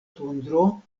tundro